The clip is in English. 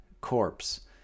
corpse